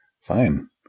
fine